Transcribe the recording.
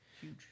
huge